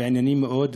וזה ענייני מאוד.